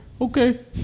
Okay